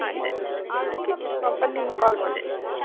ಐತೆ ರೀ ಓಕೆ ನಾವು ಬಂದು ನಿಮ್ಗ ಕಾಲ್ ಮಾಡ್ತೀವಿ ತಗೋರಿ